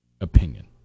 opinion